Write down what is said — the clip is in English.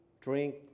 drink